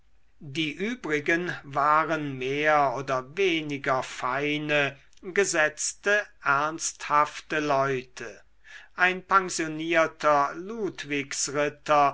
die übrigen waren mehr oder weniger feine gesetzte ernsthafte leute ein pensionierter